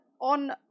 on